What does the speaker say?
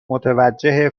متوجه